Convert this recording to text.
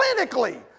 clinically